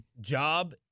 job